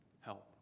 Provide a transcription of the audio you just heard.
help